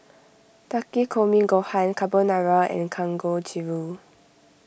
Takikomi Gohan Carbonara and Kangojiru